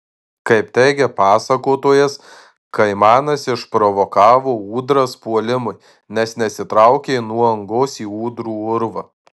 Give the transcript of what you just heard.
kaip teigia pasakotojas kaimanas išprovokavo ūdras puolimui nes nesitraukė nuo angos į ūdrų urvą